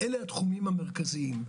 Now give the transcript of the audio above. אלה התחומים המרכזיים.